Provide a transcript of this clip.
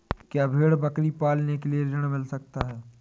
क्या भेड़ बकरी पालने के लिए ऋण मिल सकता है?